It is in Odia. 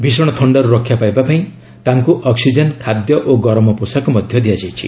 ଭୀଷଣ ଥଣ୍ଡାରୁ ରକ୍ଷା ପାଇବା ପାଇଁ ତାକୁ ଅକ୍ସିଜେନ୍ ଖାଦ୍ୟ ଓ ଗରମ ପୋଷାକ ଦିଆଯାଇଛି